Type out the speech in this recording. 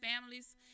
families